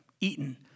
eaten